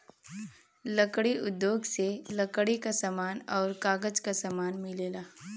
लकड़ी उद्योग से लकड़ी क समान आउर कागज क समान मिलेला